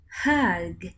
hug